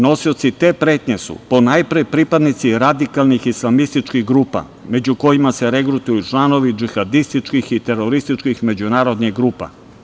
Nosioci te pretnje su ponajpre pripadnici radikalnih islamističkih grupa, među kojima se regrutuju članovi džihadističkih i terorističkih međunarodnih grupa.